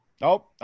Nope